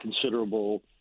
considerable